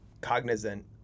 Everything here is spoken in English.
cognizant